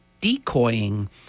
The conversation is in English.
decoying